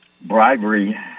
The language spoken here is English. bribery